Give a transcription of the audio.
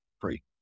free